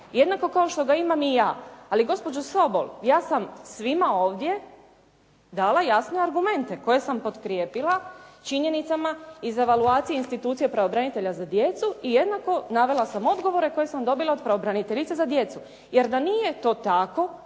tako kao što ga imam i ja. Ali gospođo Sobol ja sam svima ovdje dala jasne argumente koje sam potkrijepila činjenicama iz evaluacije institucije pravobranitelja za djecu i jednako sam navela odgovore koje sam dobila od pravobraniteljice za djecu. Jer da nije to tako,